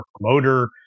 promoter